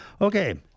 Okay